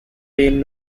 been